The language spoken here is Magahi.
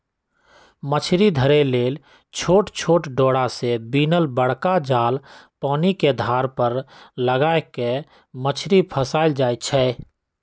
मछरी धरे लेल छोट छोट डोरा से बिनल बरका जाल पानिके धार पर लगा कऽ मछरी फसायल जाइ छै